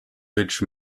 which